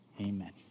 Amen